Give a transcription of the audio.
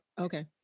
Okay